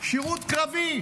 שירות קרבי.